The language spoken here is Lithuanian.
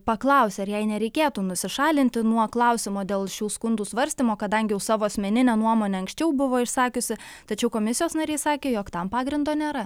paklausė ar jai nereikėtų nusišalinti nuo klausimo dėl šių skundų svarstymo kadangi savo asmeninę nuomonę anksčiau buvo išsakiusi tačiau komisijos nariai sakė jog tam pagrindo nėra